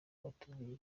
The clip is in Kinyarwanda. batubwira